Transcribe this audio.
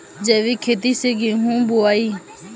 जैविक खेती से गेहूँ बोवाई